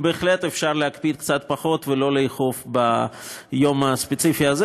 בהחלט אפשר להקפיד קצת פחות ולא לאכוף ביום הספציפי הזה.